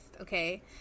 Okay